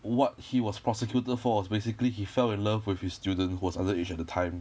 what he was prosecuted for was basically he fell in love with his student who was underage at that time